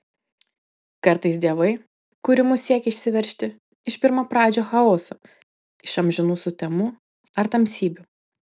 kartais dievai kūrimu siekia išsiveržti iš pirmapradžio chaoso iš amžinų sutemų ar tamsybių